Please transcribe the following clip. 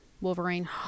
Wolverine